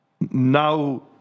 Now